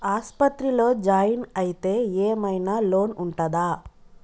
ఆస్పత్రి లో జాయిన్ అయితే ఏం ఐనా లోన్ ఉంటదా?